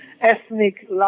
ethnic